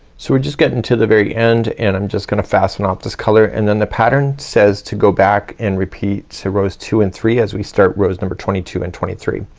so we just getting to the very end and i'm just gonna fasten off this color and then the pattern says to go back and repeat so rows two and three as we start rows number twenty two and twenty three.